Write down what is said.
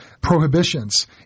prohibitions